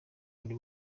ari